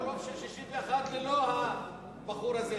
רוב של 61 ללא הבחור הזה,